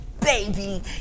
baby